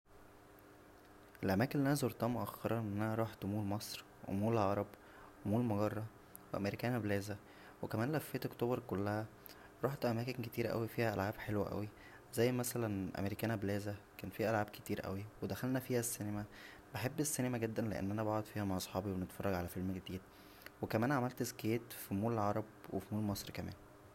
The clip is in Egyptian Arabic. الاماكن اللى انا زورتها مؤخرا ان انا روحت مول مصر ومول العرب ومول مجره و امريكانا بلازا وكمان لفيت اكتوبر كلها روحت اماكن كتير فيها العاب حلوه اوى زى مثلا امريكانا بلازا كان فيها العاب كتير اوى ودخلنا فيها السينما بحب السينما جدا لان انا بقعد فيها مع صحابى و بنتفرج على فيلم جديد وكمان عملت سكيت فمول العرب و فمول مصر كمان